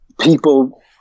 people